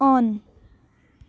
on